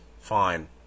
fine